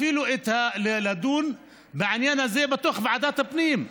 אפילו לדון בעניין הזה בתוך ועדת הפנים.